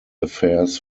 affairs